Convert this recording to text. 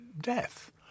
death